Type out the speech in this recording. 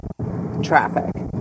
traffic